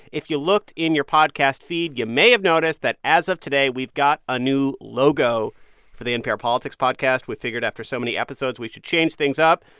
if you looked in your podcast feed, yeah may have noticed that as of today, we've got a new logo for the npr politics podcast. we figured after so many episodes, we should change things up.